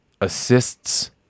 assists